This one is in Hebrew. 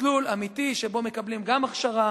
מסלול אמיתי שבו מקבלים גם הכשרה,